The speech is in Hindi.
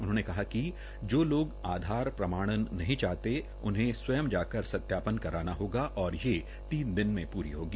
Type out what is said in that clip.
उन्होंने कहा कि जो लोग आधार प्रमाणन नहीं चाहते उन्हें स्वयं जाकर सत्यापन कराना होगा और ये तीन दिन में पूरी होगी